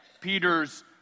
Peter's